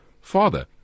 Father